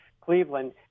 Cleveland